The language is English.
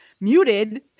muted